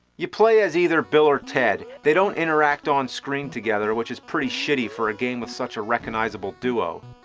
you play as either bill or ted. they donit interact on screen together which is pretty shitty for a game with such a recognizable duo.